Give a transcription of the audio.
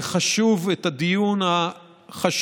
וחשוב לקיים את הדיון החשוב,